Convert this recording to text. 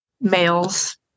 males